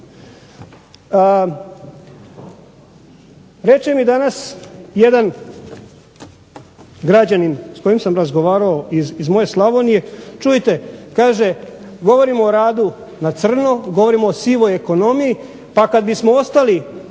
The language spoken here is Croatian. Reče mi danas jedan građanin s kojim sam razgovarao iz moje Slavonije, kaže čujte govorimo o radu na crno, govorimo o sivoj ekonomiji pa kada bismo ostali